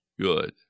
good